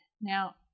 now